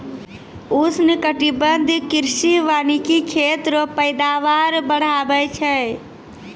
उष्णकटिबंधीय कृषि वानिकी खेत रो पैदावार बढ़ाबै छै